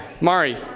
Mari